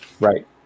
right